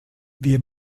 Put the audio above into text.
wir